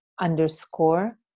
underscore